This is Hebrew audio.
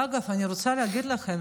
אגב, אני רוצה להגיד לכם